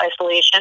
isolation